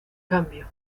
cambio